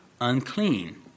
unclean